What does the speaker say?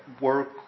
work